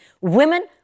Women